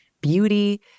beauty